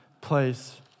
place